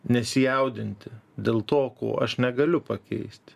nesijaudinti dėl to ko aš negaliu pakeisti